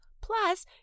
Plus